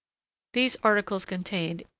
these articles contained,